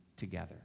together